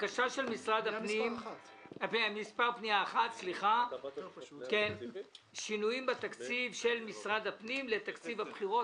פנייה מספר 1 שינויים בתקציב של משרד הפנים לתקציב הבחירות.